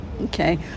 Okay